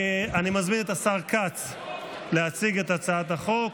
אני מזמין את השר כץ להציג את הצעת החוק.